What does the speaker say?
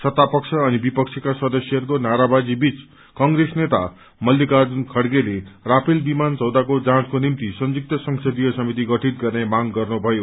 त्तापक्ष अनि विपक्षीकासदस्यहरूको नारावाजी बीच कंग्रेस नेता मल्लिकार्जुन खड़गेले राफेल विमानसोदाको जाँचको निम्ति संयुक्त संसदीय समिति गठित गर्ने मांग गर्नुभयो